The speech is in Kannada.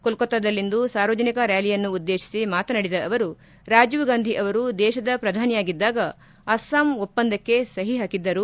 ಕೋಲ್ಲತ್ತಾದಲ್ಲಿಂದು ಸಾರ್ವಜನಿಕ ರ್್ಾಲಿಯನ್ನುದ್ದೇಶಿಸಿ ಮಾತನಾಡಿದ ಅವರು ರಾಜೀವ್ ಗಾಂಧಿ ಅವರು ದೇತದ ಪ್ರಧಾನಿಯಾಗಿದ್ದಾಗ ಅಸ್ಸಾಂ ಒಪ್ಪಂದಕ್ಕೆ ಸಹಿ ಹಾಕಿದ್ದರು